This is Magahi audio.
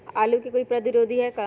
आलू के कोई प्रतिरोधी है का?